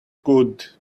good